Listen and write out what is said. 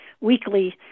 weekly